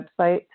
website